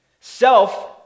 Self